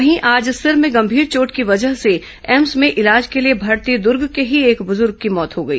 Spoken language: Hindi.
वहीं आज सिर में गंभीर चोट की वजह से एम्स में इलाज के लिए भर्ती दुर्ग के ही एक बुजुर्ग की मौत हो गई